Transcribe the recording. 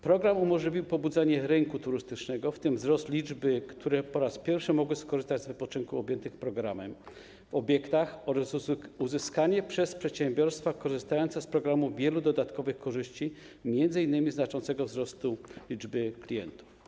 Program umożliwił pobudzenie rynku turystycznego, w tym wzrost liczby osób, które po raz pierwszy mogły skorzystać z wypoczynku w objętych programem obiektach, oraz uzyskanie przez przedsiębiorstwa korzystające z programu wielu dodatkowych korzyści, m.in. znaczącego wzrostu liczby klientów.